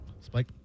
Spike